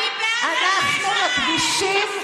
אין תאורת חירום, אין מכשירי קשר,